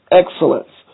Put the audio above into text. excellence